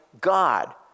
God